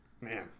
Man